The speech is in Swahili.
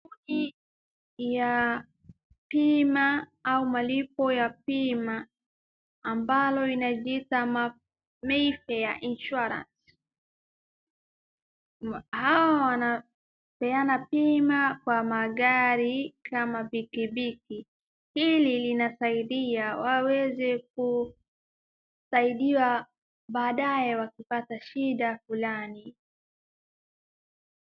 Hii ni ya bima au malipo ya bima ambalo linajiita Mayfair Insurance . Hawa wanapeana bima kwa magari kama pikipiki. Hili linasaidia waweze kusaidiwa baadaye wakipata shida fulani.